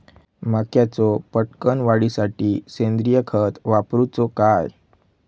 मक्याचो पटकन वाढीसाठी सेंद्रिय खत वापरूचो काय?